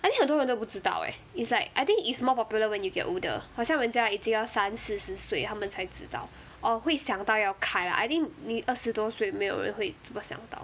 I think 很多人都不知道 eh is like I think is more popular when you get older 好像人家已经要三四十岁他们才知道 or 会想到要开 lah I think 你二十多岁没有人会这么想到